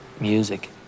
music